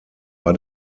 war